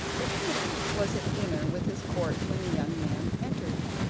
the king was at dinner with his court when the young man entered,